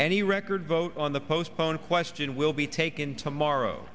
any record vote on the postponed question will be taken tomorrow